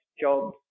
jobs